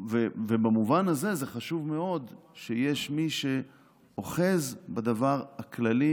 ובמובן הזה זה חשוב מאוד שיש מי שאוחז בדבר הכללי,